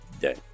day